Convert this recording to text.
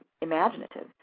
imaginative